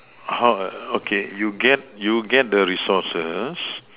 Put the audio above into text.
how okay you get you get the resources